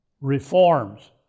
reforms